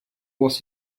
was